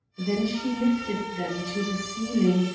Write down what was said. then she lifted them to the ceiling,